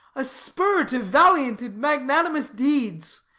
a spur to valiant and magnanimous deeds,